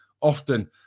often